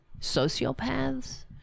sociopaths